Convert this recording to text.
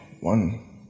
one